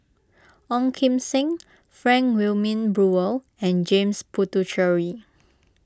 Ong Kim Seng Frank Wilmin Brewer and James Puthucheary